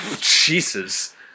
Jesus